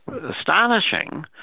astonishing